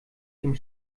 dem